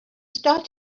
start